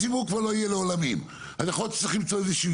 אנחנו מברכים על יוזמה להוריד מהוועדות